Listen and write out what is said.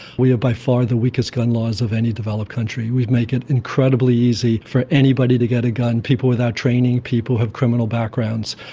we have by far the weakest gun laws of any developed country. we make it incredibly easy for anybody to get a gun, people without training, people who have criminal backgrounds.